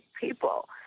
people